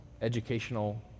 educational